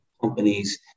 companies